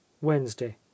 wednesday